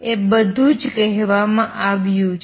એ બધું જ કહેવામાં આવ્યું છે